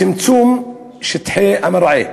צמצום שטחי המרעה,